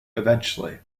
eventually